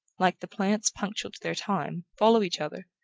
like the plants punctual to their time, follow each other,